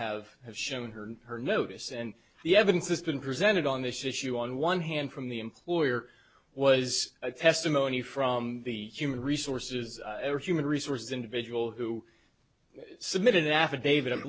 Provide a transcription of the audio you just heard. have have shown her and her notice and the evidence that's been presented on this issue on one hand from the employer was testimony from the human resources human resources individual who submitted affidavit